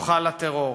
נוכל לטרור.